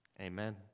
Amen